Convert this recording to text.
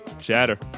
Chatter